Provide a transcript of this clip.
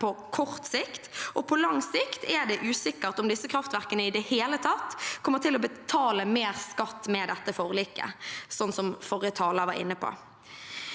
på kort sikt, og på lang sikt er det usikkert om disse kraftverkene i det hele tatt kommer til å betale mer skatt med dette forliket, som forrige taler var inne på.